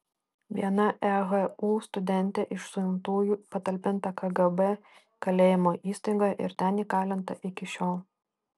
viena ehu studentė iš suimtųjų patalpinta kgb kalėjimo įstaigoje ir ten įkalinta iki šiol